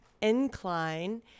incline